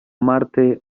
marte